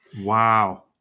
Wow